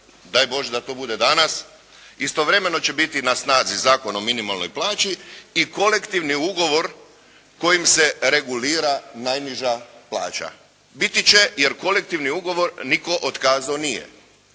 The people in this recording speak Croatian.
daj Bože da to bude danas, istovremeno će biti na snazi Zakon o minimalnoj plaći i kolektivni ugovor kojim se regulira najniža plaća. Biti će, jer kolektivni ugovor nitko otkazao nije,